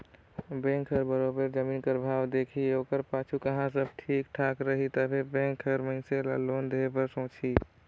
bank हर बरोबेर जमीन कर भाव देखही ओकर पाछू कहों सब ठीक ठाक रही तबे बेंक हर मइनसे ल लोन देहे बर सोंचही